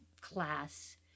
class